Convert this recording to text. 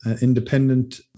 independent